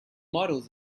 models